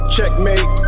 Checkmate